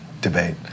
debate